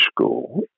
school